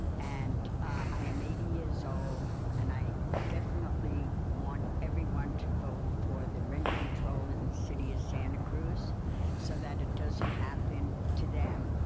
and i am eighty years old so and i definitely want everyone to vote for the rent control in the city of santa cruz so that it doesn't happen to them,